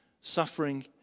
suffering